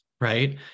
Right